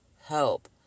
help